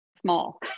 small